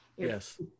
Yes